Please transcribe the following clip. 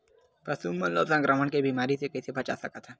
पशु मन ला संक्रमण के बीमारी से कइसे बचा सकथन?